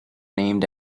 named